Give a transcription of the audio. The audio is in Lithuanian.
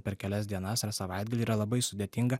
per kelias dienas ar savaitgalį yra labai sudėtinga